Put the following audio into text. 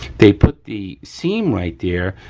they put the seam right there.